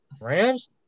Rams